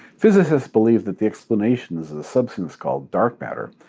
physicists believe that the explanation is a substance called dark matter,